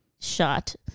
shot